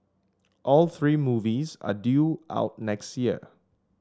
all three movies are due out next year